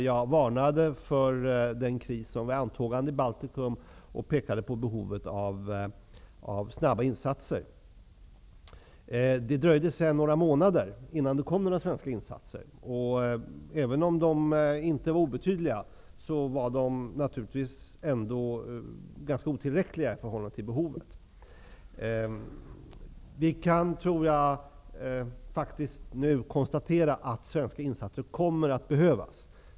Jag varnade då för den kris som var i antågande i Baltikum och pekade på behovet av snabba insatser. Det dröjde sedan några månader innan det kom några svenska insatser. Även om de inte var obetydliga, var de ganska otillräckliga i förhållande till behovet. Vi kan nu konstatera att svenska insatser kommer att behövas.